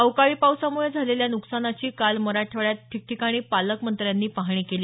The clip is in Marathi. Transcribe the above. अवकाळी पावसामुळे झालेल्या नुकसानाची काल मराठवाड्यात ठिकठिकाणी पालकमंत्र्यांनी पाहणी केली